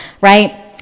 right